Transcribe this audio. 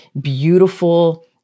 beautiful